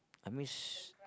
I miss